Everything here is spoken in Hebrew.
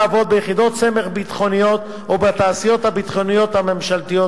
לידע הייחודי ולניסיון של פורשי צה"ל.